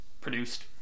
produced